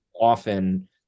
often